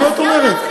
מה את אומרת?